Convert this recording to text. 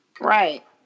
Right